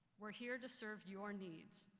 we are here to serve your needs.